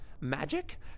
Magic